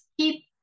keep